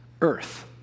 earth